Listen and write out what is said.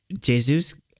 Jesus